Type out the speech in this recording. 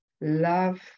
love